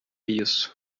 isso